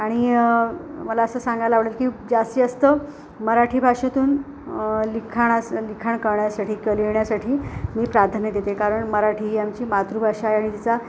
आणि मला असं सांगायला आवडेल की जास्तीत जास्त मराठी भाषेतून लिखाणास लिखाण करण्यासाठी करण्यासाठी मी प्राधान्य देते कारण मराठी ही आमची मातृभाषा आहे आणि तिचा